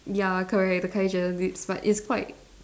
ya correct the Kylie Jenner lips but it's quite